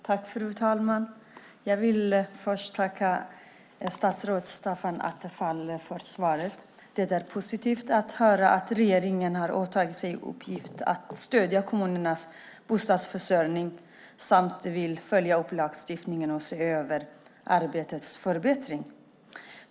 Fru talman! Jag vill först tacka statsrådet Attefall för svaret. Det är positivt att höra att regeringen har åtagit sig uppgiften att stödja kommunernas bostadsförsörjning och vill följa upp lagstiftningen och se över om arbetet kan förbättras.